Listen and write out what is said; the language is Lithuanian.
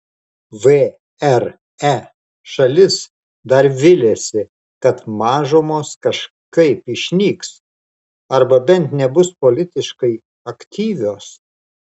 vre šalis dar viliasi kad mažumos kažkaip išnyks arba bent nebus politiškai aktyvios